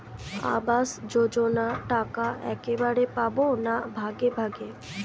আবাস যোজনা টাকা একবারে পাব না ভাগে ভাগে?